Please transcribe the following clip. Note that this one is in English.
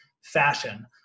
fashion